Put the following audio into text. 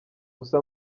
gusa